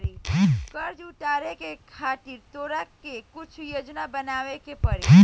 कर्जा के उतारे खातिर तोरा के कुछ योजना बनाबे के पड़ी